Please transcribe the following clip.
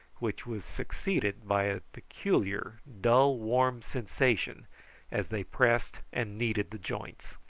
which was succeeded by a peculiar, dull warm sensation as they pressed and kneaded the joints.